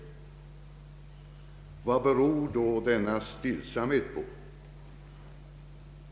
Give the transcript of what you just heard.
Vad beror då denna stillsamhet på?